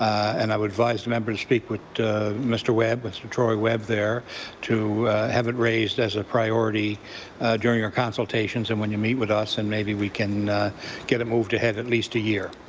and i would advise the member to speak with mr. webb, mr. tory webb there to have it raised as a priority during our consultations and when you meet with us and maybe we can get it moved highway ahead at least a year.